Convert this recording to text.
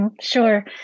Sure